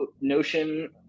Notion